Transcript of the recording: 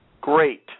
Great